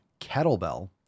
kettlebell